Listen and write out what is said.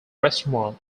restaurant